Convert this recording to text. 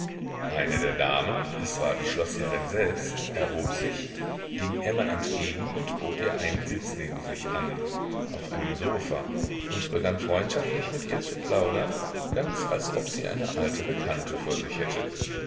eine der damen es war die schloßherrin selbst erhob sich ging emma entgegen und bot ihr einen sitz neben sich an auf einem sofa und begann freundschaftlich mit ihr zu plaudern ganz als ob sie eine alte bekannte vor sich hätte